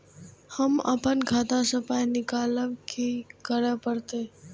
हम आपन खाता स पाय निकालब की करे परतै?